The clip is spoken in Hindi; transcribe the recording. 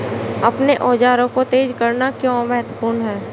अपने औजारों को तेज करना क्यों महत्वपूर्ण है?